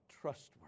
trustworthy